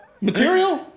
material